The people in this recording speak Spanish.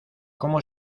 cómo